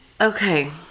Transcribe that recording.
Okay